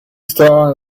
star